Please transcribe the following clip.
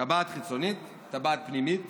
טבעת חיצונית, טבעת פנימית